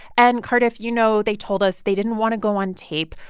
and cardiff, you know, they told us they didn't want to go on tape,